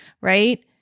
right